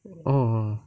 orh